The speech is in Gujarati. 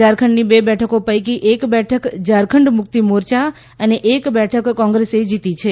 ઝારખંડની બે બેઠકો પૈકી એક બેઠક ઝારખંડ મુક્તિ મોરચા અને એક બેઠક કોંગ્રેસે જીતી છે